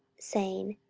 saying,